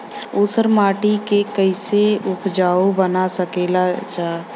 ऊसर माटी के फैसे उपजाऊ बना सकेला जा?